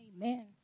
Amen